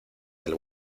del